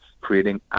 creating